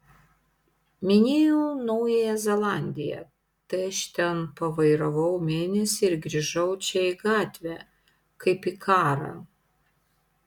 minėjau naująją zelandiją tai aš ten pavairavau mėnesį ir grįžau čia į gatvę kaip į karą